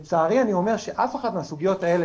לצערי אני אומר שאף אחת מהסוגיות האלה,